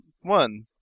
One